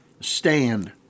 stand